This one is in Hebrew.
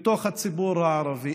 בתוך הציבור הערבי.